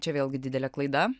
čia vėlgi didelė klaida